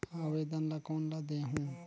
आवेदन ला कोन ला देहुं?